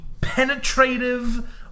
penetrative